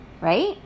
right